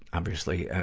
obviously, ah,